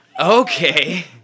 Okay